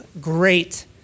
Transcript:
great